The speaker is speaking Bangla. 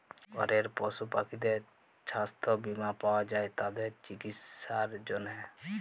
ঘরের পশু পাখিদের ছাস্থ বীমা পাওয়া যায় তাদের চিকিসার জনহে